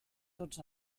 tots